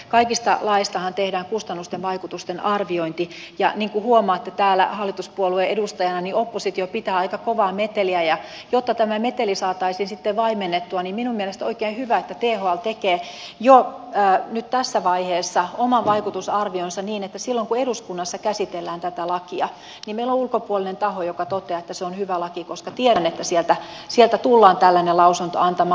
kaikista laeistahan tehdään kustannusten vaikutusten arviointi ja niin kuin huomaatte täällä hallituspuolueen edustajana oppositio pitää aika kovaa meteliä ja jotta tämä meteli saataisiin vaimennettua niin minun mielestäni on oikein hyvä että thl tekee jo tässä vaiheessa oman vaikutusarvionsa niin että silloin kun eduskunnassa käsitellään tätä lakia meillä on ulkopuolinen taho joka toteaa että se on hyvä laki koska tiedän että sieltä tullaan tällainen lausunto antamaan